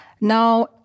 Now